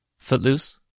Footloose